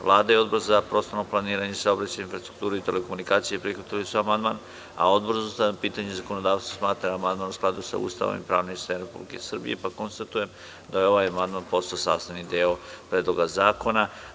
Vlada i Odbor za prostorno planiranje, saobraćaj, infrastrukturu i telekomunikacije prihvatili su amandman, a Odbor za ustavna pitanja i zakonodavstvo smatra da je amandman u skladu sa Ustavom i pravnim sistemom Republike Srbije, pa konstatujem da je ovaj amandman postao sastavni deo Predloga zakona.